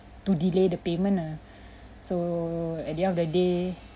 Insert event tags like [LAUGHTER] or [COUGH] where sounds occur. to delay the payment ah [BREATH] so at the end of the day